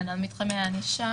אלא גם על מתחמי הענישה,